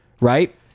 right